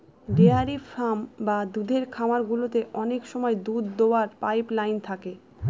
dairy farm বা দুধের খামার গুলোতে অনেক সময় দুধ দোওয়ার পাইপ লাইন থাকে